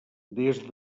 des